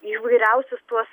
įvairiausius tuos